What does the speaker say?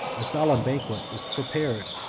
a solemn banquet was prepared,